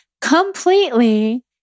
completely